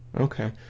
Okay